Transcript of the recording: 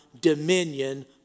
dominion